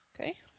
Okay